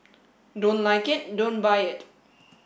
don't like it don't buy it